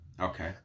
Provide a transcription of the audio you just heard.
Okay